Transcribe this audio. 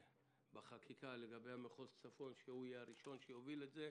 בחקיקה שמחוז הצפון יהיה הראשון שיוביל את זה.